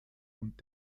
und